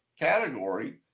category